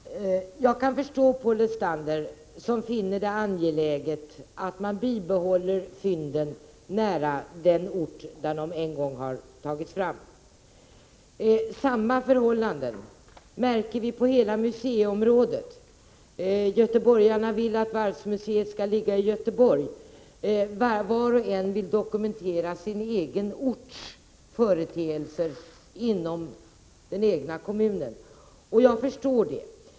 Herr talman! Jag kan förstå Paul Lestander, som finner det angeläget att bibehålla fynden nära den ort där de en gång har tagits fram. Samma förhållande märker vi inom hela museiområdet. Göteborgarna vill t.ex. att Varvsmuseet skall ligga i Göteborg. Var och en vill dokumentera företeelser inom den egna orten och kommunen, och det förstår jag.